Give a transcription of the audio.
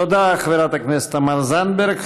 תודה, חברת הכנסת תמר זנדברג.